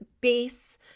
base